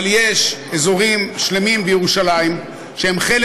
אבל יש אזורים שלמים בירושלים שהם חלק